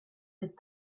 bit